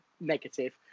negative